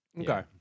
Okay